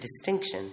distinction